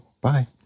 Bye